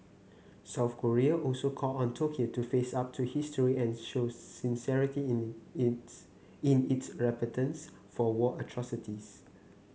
South Korea also called on Tokyo to face up to history and show sincerity in it its in its repentance for war atrocities